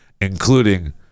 including